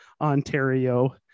Ontario